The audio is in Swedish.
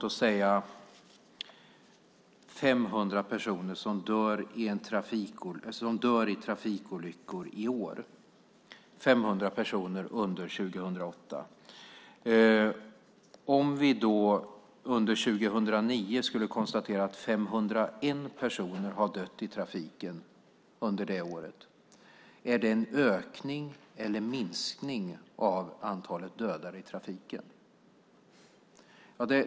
Om 500 personer skulle dö i bilolyckor under 2008 och 501 under 2009, är det då en ökning eller minskning av antalet dödade i trafiken?